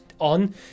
on